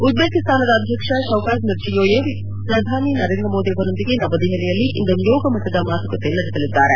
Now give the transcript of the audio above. ಉಜ್ವೇಕಿಸ್ತಾನದ ಅಧ್ಯಕ್ಷ Shavkat Mirziyoyev ಅವರು ಪ್ರಧಾನಿ ನರೇಂದ್ರ ಮೋದಿ ಅವರೊಂದಿಗೆ ನವದೆಪಲಿಯಲ್ಲಿ ಇಂದು ನಿಯೋಗ ಮಟ್ಟದ ಮಾತುಕತೆ ನಡೆಸಲಿದ್ದಾರೆ